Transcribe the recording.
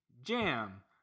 jam